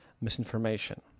misinformation